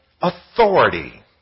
authority